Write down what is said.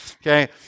Okay